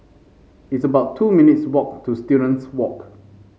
it's about two minutes walk to Students Walk